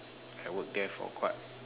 I work there for quite